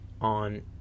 on